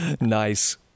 Nice